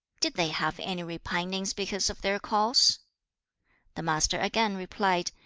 did they have any repinings because of their course the master again replied,